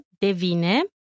devine